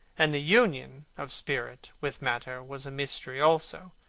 and the union of spirit with matter was a mystery also.